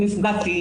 אני נפגעתי,